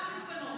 הלך להתפנות.